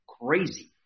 crazy